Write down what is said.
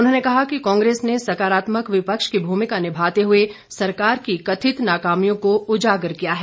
उन्होंने कहा कि कांग्रेस ने सकारात्मक विपक्ष की भूमिका निभाते हुए सरकार की कथित नाकामियों को उजागर किया है